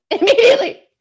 immediately